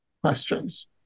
questions